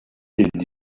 did